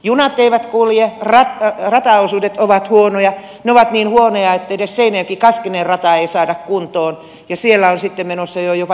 junat eivät kulje rataosuudet ovat huonoja ne ovat niin huonoja että edes seinäjokikaskinen rataa ei saada kuntoon ja siellä on sitten menossa jo jopa tämä satama